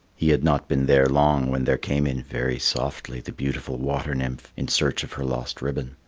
he had not been there long when there came in very softly the beautiful water-nymph in search of her lost ribbon.